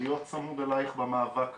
להיות צמוד אלייך במאבק הזה,